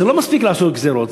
זה לא מספיק לעשות גזירות.